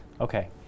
Okay